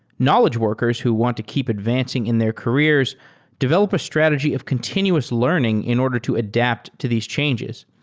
knowledge workers who want to keep advancing in their careers develop a strategy of continuous learning in order to adapt to these changes.